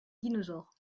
dinosaures